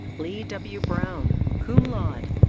lee w. brown, cum laude.